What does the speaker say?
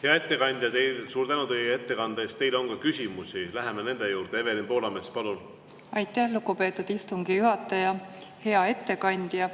teile ettekande eest! Teile on ka küsimusi, läheme nende juurde. Evelin Poolamets, palun! Aitäh, lugupeetud istungi juhataja! Hea ettekandja!